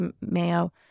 mayo